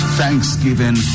thanksgiving